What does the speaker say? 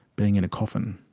being in a coffin.